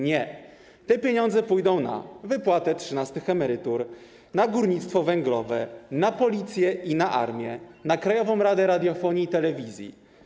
Nie, te pieniądze pójdą na wypłatę trzynastych emerytur, na górnictwo węglowe, na policję i na armię, na Krajową Radę Radiofonii i Telewizji.